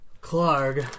Clark